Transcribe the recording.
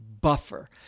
buffer